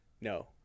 No